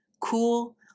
cool